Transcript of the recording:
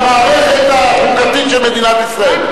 למערכת החוקתית של מדינת ישראל.